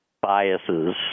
biases